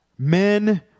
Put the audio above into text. Men